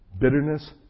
Bitterness